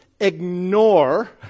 ignore